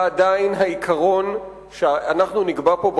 ועדיין העיקרון שאנחנו נקבע פה,